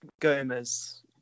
Gomez